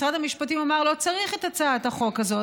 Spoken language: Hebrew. משרד המשפטים אמר: לא צריך את הצעת החוק הזאת,